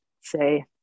say